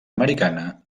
americana